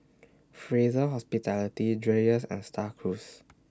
Fraser Hospitality Dreyers and STAR Cruise